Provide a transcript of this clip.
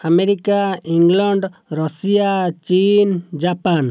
America England Russia ଚୀନ Japan